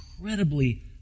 incredibly